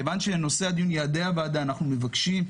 כיוון שנושא הדיון, יעדי הוועדה, אנחנו מבקשים,